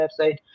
website